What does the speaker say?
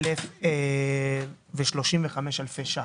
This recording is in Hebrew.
52,035 אלפי שקלים.